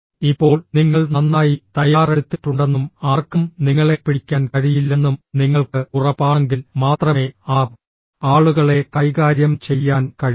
ഇപ്പോൾ നിങ്ങൾ നന്നായി തയ്യാറെടുത്തിട്ടുണ്ടെന്നും ആർക്കും നിങ്ങളെ പിടിക്കാൻ കഴിയില്ലെന്നും നിങ്ങൾക്ക് ഉറപ്പാണെങ്കിൽ മാത്രമേ ആ ആളുകളെ കൈകാര്യം ചെയ്യാൻ കഴിയൂ